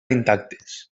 intactes